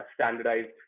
standardized